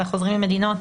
אלא חוזרים ממדינות